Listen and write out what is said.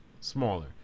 smaller